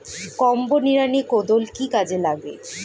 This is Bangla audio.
কম্বো নিড়ানি কোদাল কি কাজে লাগে?